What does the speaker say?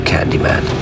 Candyman